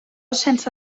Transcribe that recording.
sense